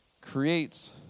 creates